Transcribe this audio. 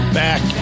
back